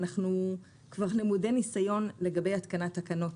אנחנו כבר למודי ניסיון לגבי התקנת תקנות.